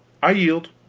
i yield.